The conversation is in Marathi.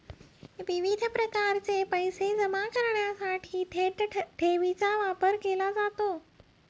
विविध प्रकारचे पैसे जमा करण्यासाठी थेट ठेवीचा वापर केला जातो